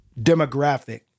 demographic